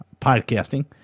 podcasting